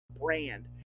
brand